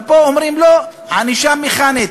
אבל פה אומרים: לא, ענישה מכנית.